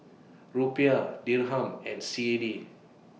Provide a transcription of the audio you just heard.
Rupiah Dirham and C A D